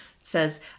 says